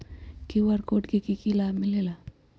QR code से कि कि लाव मिलेला?